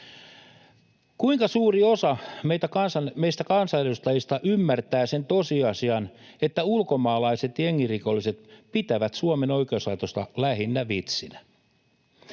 Kuinka suuri osa meistä kansanedustajista ymmärtää sen tosiasian, että ulkomaalaiset jengirikolliset pitävät Suomen oikeuslaitosta lähinnä vitsinä?